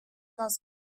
nos